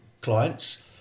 clients